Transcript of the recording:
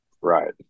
Right